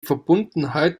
verbundenheit